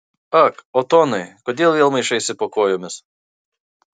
ak otonai kodėl vėl maišaisi po kojomis